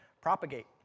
propagate